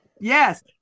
Yes